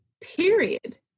period